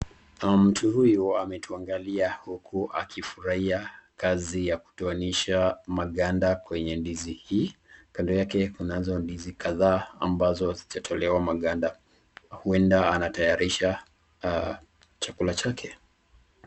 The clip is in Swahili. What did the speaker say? Kuna mtu huyu ambayo anatuangalia huku akifurahia kazi, ya kutowanisha maganda kwenye ndizi hii kando yake kunazo ndizi kadhaa ambazo hazizijatolewa maganda, huenda anatayarisha chakula chake.